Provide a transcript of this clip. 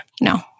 no